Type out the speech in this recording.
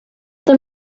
them